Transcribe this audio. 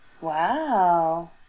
Wow